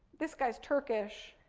this guy's turkish,